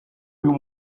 uyu